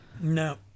No